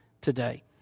today